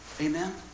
Amen